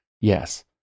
Yes